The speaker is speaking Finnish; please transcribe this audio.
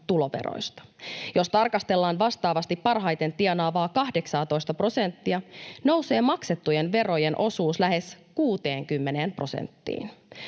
Jos tarkastellaan vastaavasti parhaiten tienaavaa 18:aa prosenttia, nousee maksettujen verojen osuus lähes 60 prosenttiin.